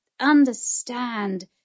understand